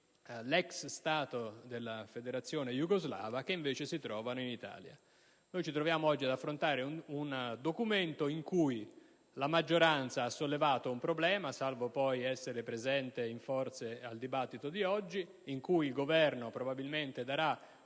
dell'ex Stato della Federazione jugoslava che invece si trovano in Italia. Noi ci troviamo oggi ad affrontare un documento con cui la maggioranza ha sollevato un problema (salvo poi non essere presente in forze al dibattito di oggi), su cui il Governo probabilmente darà